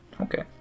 Okay